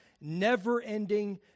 never-ending